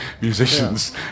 musicians